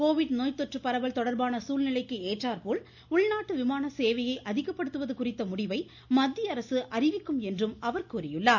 Covid நோய் தொற்று பரவல் தொடர்பான சூழ்நிலைக்கு ஏற்றாற்போல் உள்நாட்டு விமான சேவையை அதிகப்படுத்துவது குறித்த முடிவை மத்திய அரசு அறிவிக்கும் எனவும் அவர் கூறியுள்ளார்